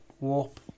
warp